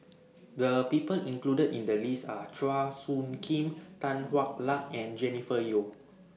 The People included in The list Are Chua Soo Khim Tan Hwa Luck and Jennifer Yeo